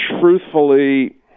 Truthfully